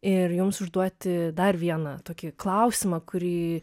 ir jums užduoti dar vieną tokį klausimą kurį